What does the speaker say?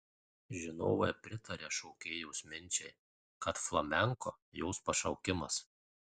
žinovai pritaria šokėjos minčiai kad flamenko jos pašaukimas